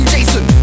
Jason